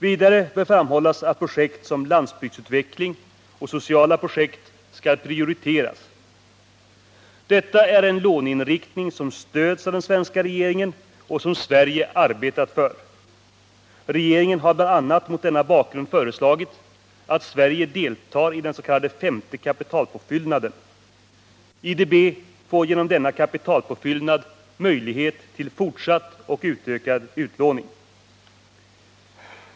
Vidare bör framhållas att projekt som landsbygdsutveckling och sociala projekt skall prioriteras. Detta är en låneinriktning som stöds av den svenska regeringen och som Sverige har arbetat för. Regeringen har bl.a. mot denna bakgrund föreslagit att Sverige deltar i den s.k. femte kapitalpåfyllnaden. IDB får genom denna kapitalpåfyllnad möjlighet till fortsatt och utökad utlåning.